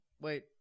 wait